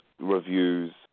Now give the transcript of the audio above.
reviews